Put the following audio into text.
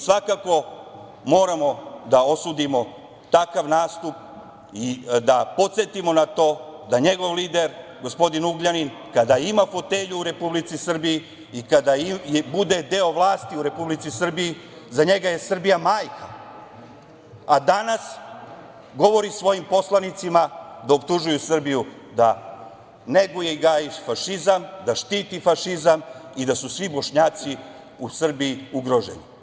Svakako moramo da osudimo takav nastup i da podsetimo na to da njegov lider gospodin Ugljanin, kada ima fotelju u Republici Srbiji i kada bude deo vlasti u Republici Srbiji, za njega je Srbija majka, a danas govori svojim poslanicima da optužuju Srbiju da neguje i gaji fašizam, da štiti fašizam i da su svi Bošnjaci u Srbiji ugroženi.